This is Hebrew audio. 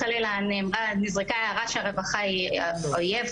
נזרקה הערה שהרווחה היא האויב,